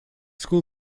school